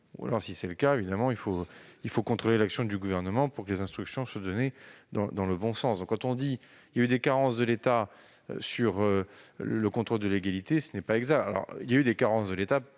tel était le cas, il faudrait contrôler l'action du Gouvernement pour que les instructions soient données dans le bon sens. Vous dites qu'il y a eu des carences de l'État au niveau du contrôle de légalité. Ce n'est pas exact. Certes, il y a eu des carences de l'État